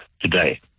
today